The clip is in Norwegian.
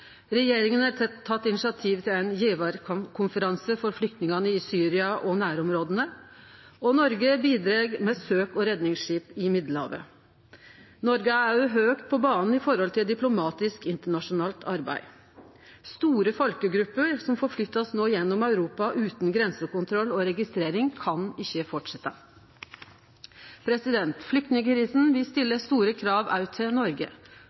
Regjeringa har teke initiativ til ein gjevarkonferanse for flyktningane i Syria og nærområda, og Noreg bidreg med søk og redningsskip i Middelhavet. Noreg er òg høgt på banen når det gjeld diplomatisk internasjonalt arbeid. At store folkegrupper, som no, blir forflytta gjennom Europa utan grensekontroll og registrering, kan ikkje fortsetje. Flyktningkrisa vil stille store krav òg til Noreg.